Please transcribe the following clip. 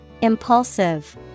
Impulsive